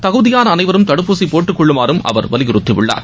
தகுதியான அனைவரும் தடுப்பூசி போட்டுக்கொள்ளுமாறும் அவர் வலியுறுத்தியுள்ளார்